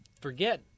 forget